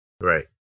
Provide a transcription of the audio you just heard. right